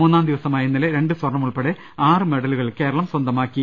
മൂന്നാം ദിവസമായ ഇന്നലെ രണ്ട് സ്വർണം ഉൾപ്പെട ആറ് മെഡലു കൾ കേരളം സ്വന്തമാക്കി